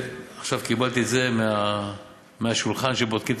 עכשיו קיבלתי את זה מהשולחן שבו בודקים את